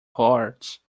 ports